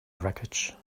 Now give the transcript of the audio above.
wreckage